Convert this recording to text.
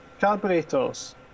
carburetors